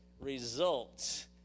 results